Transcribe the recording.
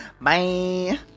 Bye